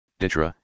Ditra